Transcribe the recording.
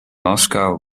moscow